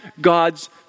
God's